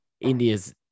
India's